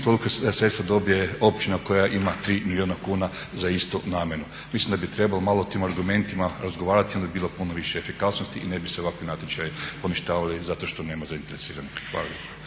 toliko sredstva dobije općina koja ima 3 milijuna kuna za istu namjenu. Mislim da bi trebalo malo o tim argumentima razgovarati i onda bi bilo puno više efikasnosti i ne bi se ovakvi natječaji poništavali zato što nema zainteresiranih. Hvala